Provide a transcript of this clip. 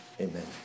Amen